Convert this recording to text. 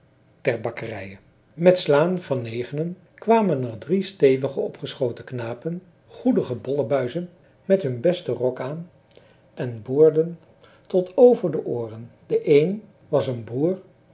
ter bakkerije met slaan van negenen kwamen er drie stevige opgeschoten knapen goedige bollebuizen met hun besten rok aan en boorden tot over de ooren de een was een broer